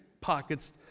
pockets